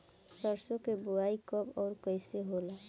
सरसो के बोआई कब और कैसे होला?